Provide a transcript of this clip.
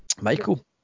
Michael